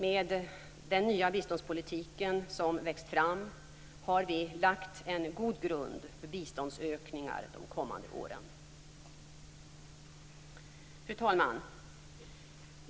Med den nya biståndspolitik som växt fram har vi lagt en god grund för biståndsökningar de kommande åren. Fru talman!